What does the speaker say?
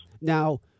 Now